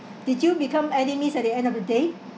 did you become enemies at the end of the day